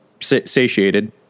satiated